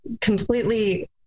completely